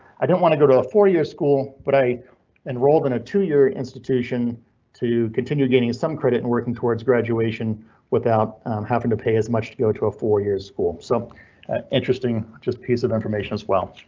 i don't want to go to a four year school, but i enrolled in a two year institution to continue gaining some credit and working towards graduation without having to pay as much to go to a four year school. so interesting just piece of information as well.